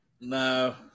No